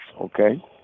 Okay